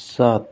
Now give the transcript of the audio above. ਸੱਤ